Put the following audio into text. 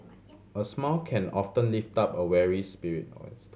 a smile can often lift up a weary spirit